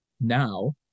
now